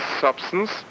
substance